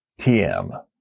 TM